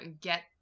get